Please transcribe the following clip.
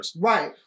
Right